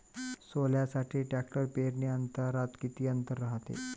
सोल्यासाठी ट्रॅक्टर पेरणी यंत्रात किती अंतर रायते?